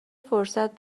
فرصت